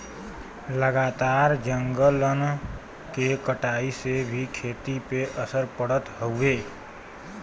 लगातार जंगलन के कटाई से भी खेती पे असर पड़त हउवे